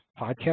podcast